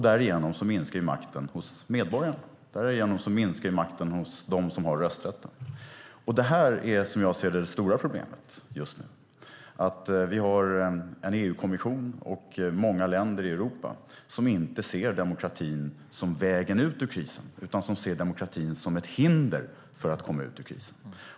Därigenom minskar makten hos medborgarna. Därigenom minskar makten hos dem som har rösträtten. Detta är, som jag ser det, det stora problemet just nu. Vi har en EU-kommission och många länder i Europa som inte ser demokratin som vägen ut ur krisen utan som ser demokratin som ett hinder för att komma ut ur krisen.